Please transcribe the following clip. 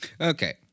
Okay